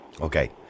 Okay